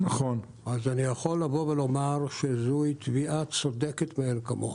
אז אני יכול לבוא ולומר שזוהי תביעה צודקת מאין כמוה.